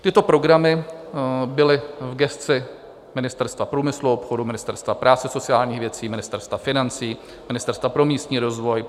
Tyto programy byly v gesci Ministerstva průmyslu a obchodu, Ministerstva práce a sociálních věcí, Ministerstva financí, Ministerstva pro místní rozvoj.